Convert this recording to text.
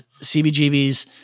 CBGB's